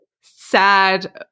sad